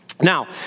Now